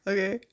Okay